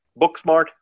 Booksmart